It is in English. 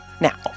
Now